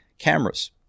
Cameras